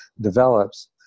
develops